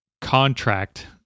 contract